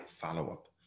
follow-up